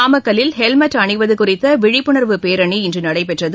நாமக்கல்லில் ஹெல்மெட் அணிவது குறித்த விழிப்புணர்வு பேரணி இன்று நடைபெற்றது